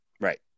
Right